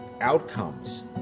outcomes